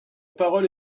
parole